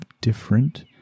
different